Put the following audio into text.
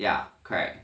ya correct